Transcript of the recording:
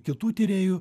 kitų tyrėjų